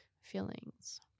feelings